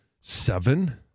seven